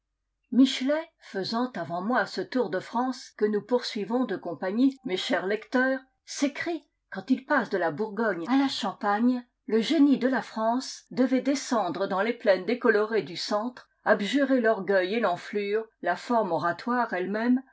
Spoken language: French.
michelet faisant avant moi ce tour de france que nous poursuivons de compagnie mes chers lecteurs s'écrie quand il passe de la bourgogne à la champagne le génie de la france devait descendre dans les plaines décolorées du centre abjurer l'orgueil et l'enflure la forme oratoire elle-même